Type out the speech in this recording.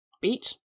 Beat